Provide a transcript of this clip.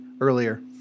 earlier